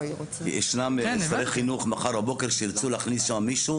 ישנם שרי חינוך מחר בבוקר שירצו להכניס שם מישהו,